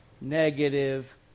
negative